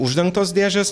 uždengtos dėžės